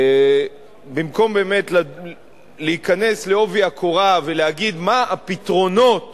במקום באמת להיכנס בעובי הקורה ולהגיד מה הפתרונות